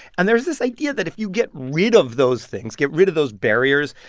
and there's this idea that if you get rid of those things, get rid of those barriers,